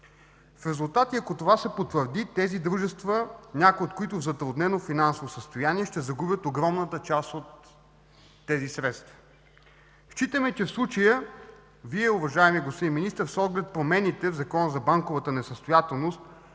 В резултат и ако това се потвърди, тези дружества, някои от които в затруднено финансово състояние, ще загубят огромната част от тези средства. Считаме, че в случая Вие, уважаеми господин Министър, с оглед промените в Закона за банковата несъстоятелност,